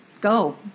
go